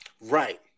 Right